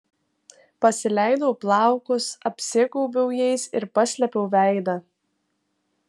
pasileidau plaukus apsigaubiau jais ir paslėpiau veidą